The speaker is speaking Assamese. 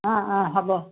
অঁ অঁ হ'ব